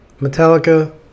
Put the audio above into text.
Metallica